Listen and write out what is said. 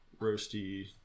roasty